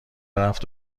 رفت